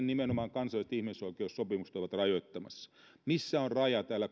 nimenomaan kansainväliset ihmisoikeussopimukset ovat rajoittamassa missä on raja täällä